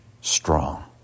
strong